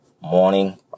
morning